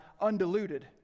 undiluted